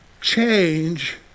change